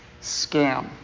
scam